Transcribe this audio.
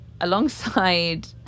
alongside